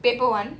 paper one